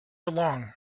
along